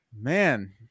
man